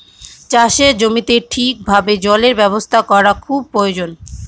চাষের জমিতে ঠিক ভাবে জলের ব্যবস্থা করা খুব প্রয়োজন